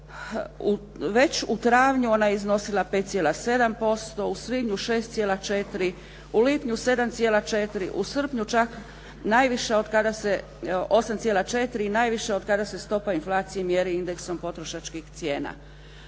već u travnju ona je iznosila 5,7%, u svibnju 6,4%, u lipnju 7,4, u srpnju čak najviša od kada se 8,4 i najviše od kada se stopa inflacije mjeri indeksom potrošačkih cijena.